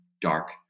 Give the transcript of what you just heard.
dark